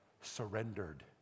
surrendered